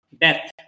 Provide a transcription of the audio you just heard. Death